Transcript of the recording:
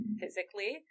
physically